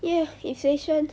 ya inflation